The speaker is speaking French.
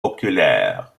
oculaires